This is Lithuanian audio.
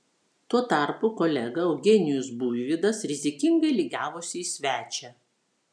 tuo tarpu kolega eugenijus buivydas rizikingai lygiavosi į svečią